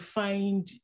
find